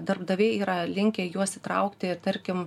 darbdaviai yra linkę juos įtraukti ir tarkim